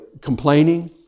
complaining